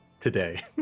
today